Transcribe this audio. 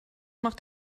macht